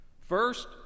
first